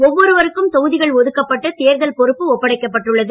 ஒவ்வொருவருக்கும் தொகுதிகள் ஒதுக்கப்பட்டு தேர்தல் பொறுப்பு ஒப்படைக்கப்பட்டுள்ளது